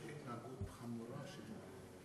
הנושא יועבר לוועדת הכלכלה.